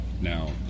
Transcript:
Now